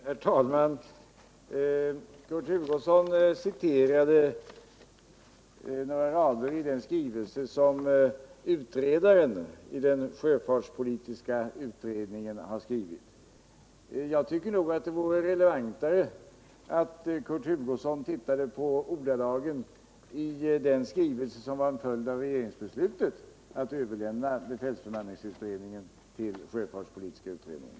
Herr talman! Kurt Hugosson citerade några rader i den skrivelse som utredaren i den sjöfartspolitiska utredningen har skrivit. Jag tycker nog att det vore mera relevant om Kurt Hugosson tittade på ordalagen i den skrivelse som var en följd av regeringsbeslutet att överlämna befälsbemanningsutredningen till sjöfartspolitiska utredningen.